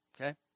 Okay